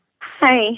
Hi